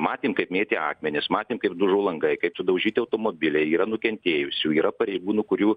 matėm kaip mėtė akmenis matėm kaip dužo langai kaip sudaužyti automobiliai yra nukentėjusių yra pareigūnų kurių